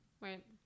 Right